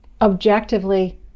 objectively